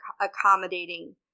accommodating